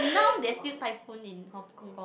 not there's still typhoon in Hong-Kong